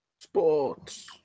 Sports